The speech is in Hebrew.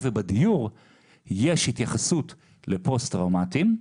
ובדיור יש התייחסות לפוסט טראומטיים,